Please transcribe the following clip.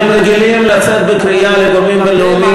והם רגילים לצאת בקריאה לגורמים בין-לאומיים